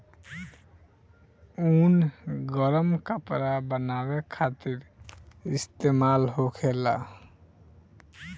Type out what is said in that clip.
ऊन गरम कपड़ा बनावे खातिर इस्तेमाल होखेला